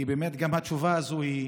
כי באמת גם התשובה הזאת,